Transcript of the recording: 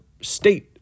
state